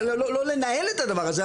לא לנהל את הדבר הזה,